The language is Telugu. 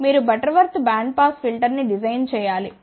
మీరు బటర్వర్త్ బ్యాండ్పాస్ ఫిల్టర్ ని డిజైన్ చేయాలి